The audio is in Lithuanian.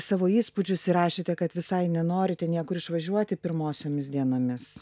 savo įspūdžius ir rašėte kad visai nenorite niekur išvažiuoti pirmosiomis dienomis